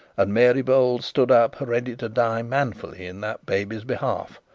and mary bold stood up ready to die manfully in that baby's behalf,